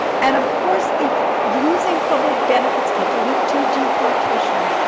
and, of course, if using public benefits could lead to deportation,